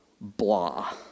Blah